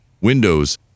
Windows